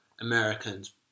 Americans